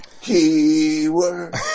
Keyword